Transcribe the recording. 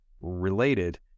related